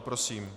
Prosím.